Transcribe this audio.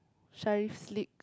Sharif Sleeq